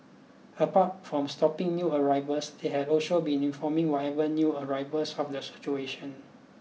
apart from stopping new arrivals they had also been informing whatever new arrivals of the situation